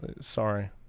sorry